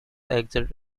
exit